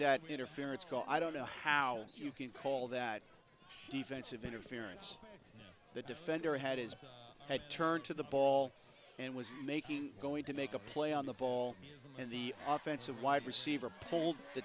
that interference call i don't know how you can call that stevenson interference the defender had his head turned to the ball and was making going to make a play on the ball as the offensive wide receiver p